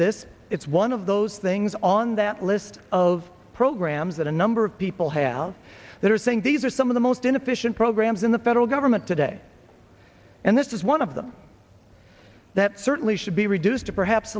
this it's one of those things on that list of programs that a number of people have that are saying these are some of the most inefficient programs in the federal government today and this is one of them that certainly should be reduced or perhaps